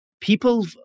people